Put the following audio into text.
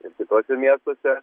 ir kituose miestuose